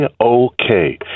okay